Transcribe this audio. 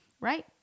right